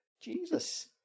Jesus